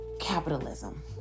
capitalism